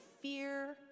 fear